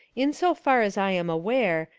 in so far as i am aware,